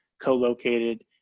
co-located